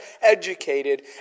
educated